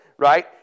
Right